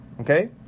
Okay